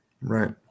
Right